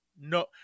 no